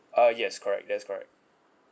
uh yes correct that's correct